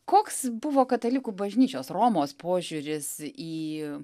koks buvo katalikų bažnyčios romos požiūris į